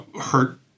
hurt